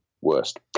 worst